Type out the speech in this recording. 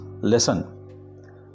lesson